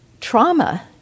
trauma